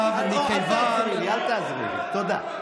לא, אני אומרת, אל תעזרי לי, תודה.